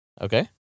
okay